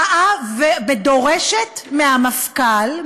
באה ודורשת מהמפכ"ל,